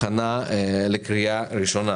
הכנה לקריאה ראשונה.